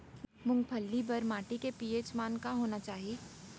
मूंगफली बर माटी के पी.एच मान का होना चाही?